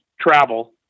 travel